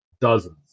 dozens